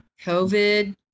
COVID